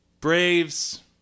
Braves